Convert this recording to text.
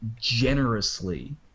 generously